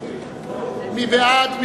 מי בעד?